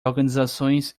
organizações